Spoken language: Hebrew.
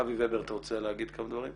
אבי וובר, אתה רוצה להגיד כמה דברים?